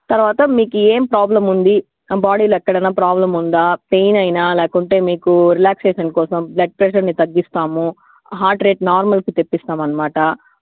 తర్వాత మీకేం ప్రాబ్లమ్ ఉంది బాడీలో ఎక్కడైనా ప్రాబ్లమ్ ఉందా పెయిన్ అయినా లేకుంటే మీకు రిలాక్సేషన్ కోసం బ్లడ్ ప్రెషర్ని తగ్గిస్తాము హార్ట్ రేట్ నార్మల్కి తెప్పిస్తామన్నమాట